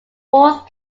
fourth